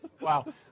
Wow